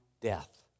death